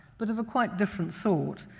but of a quite different sort,